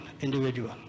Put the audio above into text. individual